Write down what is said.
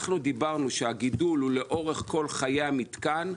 אנחנו דיברנו על כך שהגידול הוא לאורך כל חיי המתקן,